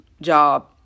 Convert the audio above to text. job